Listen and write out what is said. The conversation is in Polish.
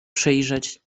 przyjrzeć